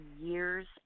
years